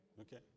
Okay